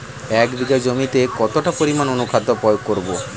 এক বিঘা জমিতে কতটা পরিমাণ অনুখাদ্য প্রয়োগ করব?